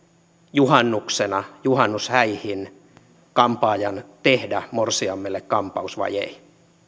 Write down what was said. juhannuksena juhannushäihin kampaajan tehdä morsiamelle kampaus vai ei